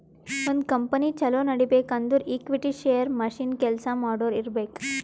ಒಂದ್ ಕಂಪನಿ ಛಲೋ ನಡಿಬೇಕ್ ಅಂದುರ್ ಈಕ್ವಿಟಿ, ಶೇರ್, ಮಷಿನ್, ಕೆಲ್ಸಾ ಮಾಡೋರು ಇರ್ಬೇಕ್